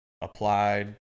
applied